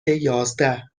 یازده